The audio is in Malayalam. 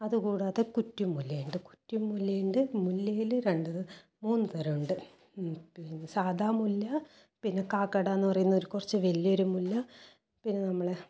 അതുകൂടാതെ കുറ്റി മുല്ലയുണ്ട് കുറ്റിമുല്ലയുണ്ട് മുല്ലയിൽ രണ്ട് മൂന്ന് തരമുണ്ട് പിന്നെ സാദാ മുല്ല പിന്നെ കാക്കട എന്ന് പറയുന്ന കുറച്ച് വലിയ ഒരു മുല്ല പിന്നെ നമ്മള